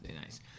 Nice